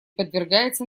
подвергается